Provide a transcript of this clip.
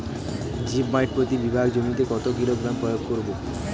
Zip মাইট প্রতি বিঘা জমিতে কত কিলোগ্রাম প্রয়োগ করব?